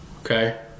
Okay